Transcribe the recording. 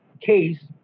case